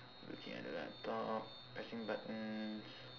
looking at the laptop pressing buttons